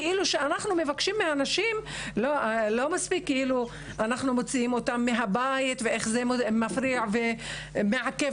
לא מספיק שאנחנו כאילו מוציאים אותן מהבית וזה מפריע ומעכב